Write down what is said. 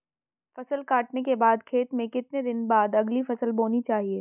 फसल काटने के बाद खेत में कितने दिन बाद अगली फसल बोनी चाहिये?